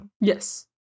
Yes